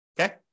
Okay